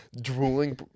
Drooling